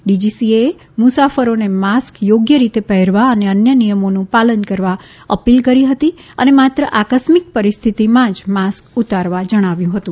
DGCA એ મુસાફરોને mask થોગ્ય રીતે પહેરવા અને અન્ય નિયમોનું પાલન કરવા અપીલ કરી હતી અને માત્ર આકસ્મિક પરિસ્થિતીમાં જ માસ્ક ઉતારવા જણાવ્યું હતું